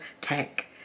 tech